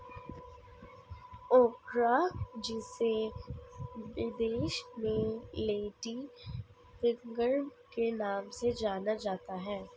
ओकरा जिसे विदेश में लेडी फिंगर के नाम से जाना जाता है